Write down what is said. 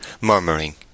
murmuring